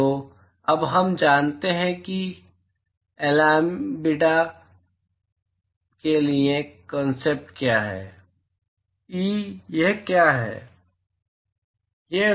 तो अब हम जानते हैं कि Elambida के लिए कॉंसटेंट क्या है e यह क्या है